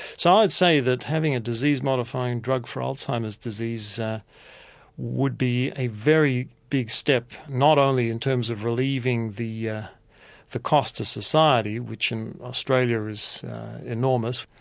so i would say that having a disease-modifying drug for alzheimer's disease would be a very big step, not only in terms of relieving the yeah the cost to society, which in australia is enormous,